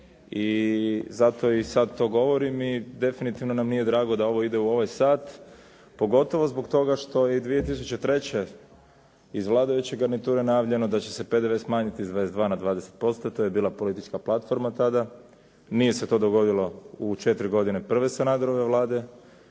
i zato i sad to govorim i definitivno nam nije drago da ovo ide u ovaj sat, pogotovo zbog toga što je i 2003. iz vladajuće garniture najavljeno da će se PDV smanjiti s 22 na 20%. To je bila politička platforma tada. Nije se to dogodilo u četiri godine prve Sanaderove Vlade,